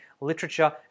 literature